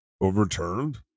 overturned